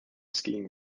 skiing